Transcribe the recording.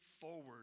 forward